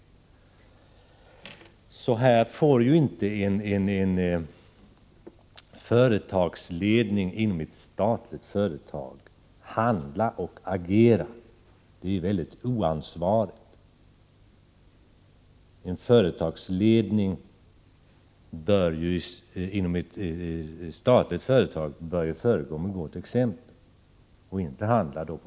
Så får en företagsledning i ett statligt företag inte agera — det är oansvarigt. En företagsledning inom ett statligt företag bör ju föregå med gott exempel.